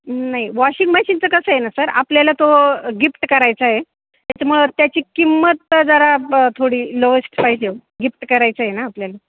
नाही वॉशिंग मशीनचं कसं आहे ना सर आपल्याला तो गिफ्ट करायचा आहे त्याच्यामुळं त्याची किंमत तर जरा थोडी लोएस्ट पाहिजे गिफ्ट करायचं आहे ना आपल्याला